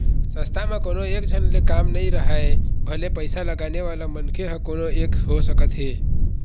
संस्था म कोनो एकझन ले काम नइ राहय भले पइसा लगाने वाला मनखे ह कोनो एक हो सकत हे